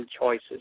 choices